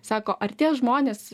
sako ar tie žmonės